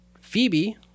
phoebe